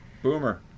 Boomer